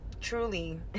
truly